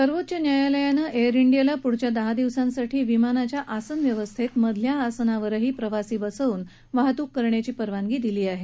सर्वोच्च न्यायालयाने एअर इंडियाला प्ढच्या दहा दिवसांसाठी विमानाच्या आसन व्यवस्थेत मधल्या आसनांवरही प्रवासी बसवुन वाहतुक करण्याची परवानगी दिली आहे